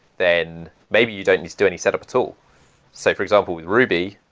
then maybe you don't do any setup at all. so for example, with ruby,